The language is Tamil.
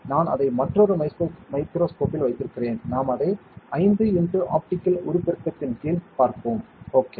நான் அதை மற்றொரு மைக்ரோஸ்கோப்பில் வைத்திருக்கிறேன் நாம் அதை 5 x ஆப்டிகல் உருப்பெருக்கத்தின் கீழ் பார்ப்போம் ஓகே